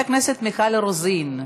חברת הכנסת מיכל רוזין,